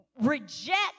reject